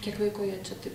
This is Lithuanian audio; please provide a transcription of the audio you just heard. kiek laiko jie čia taip